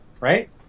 Right